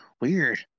weird